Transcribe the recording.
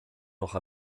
noch